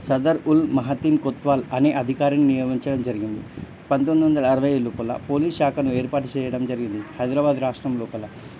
సదర్ ఉల్ మహతిన్ కొత్వాల్ అనే అధికారిని నియమించడం జరిగింది పంతొమ్మిది వందల అరవై లోపల పోలీస్ శాఖను ఏర్పాటు చేయడం జరిగింది హైదరాబాద్ రాష్ట్రం లోపల